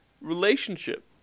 relationship